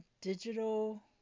digital